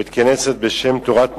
בית-כנסת בשם "תורת משה",